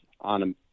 on